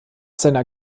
seiner